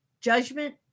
judgment